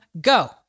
go